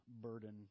burden